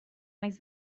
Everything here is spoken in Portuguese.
mais